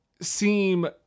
seem